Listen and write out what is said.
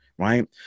right